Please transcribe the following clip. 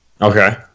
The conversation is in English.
okay